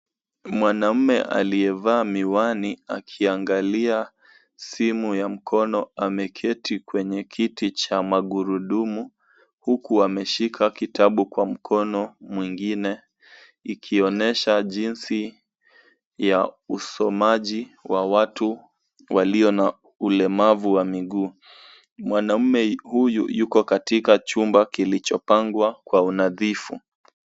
Mwanamume aliyevaa miwani, akiangalia simu ya mkono, ameketi kwenye kiti cha magurudumu, huku ameshika kitabu kwa mkono mwingine, ikionyesha jinsi ya usomaji wa watu walio na ulemavu wa miguu. Mwanamume huyu yuko katika chumba kilichopangwa kwa unadhifu.